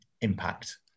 impact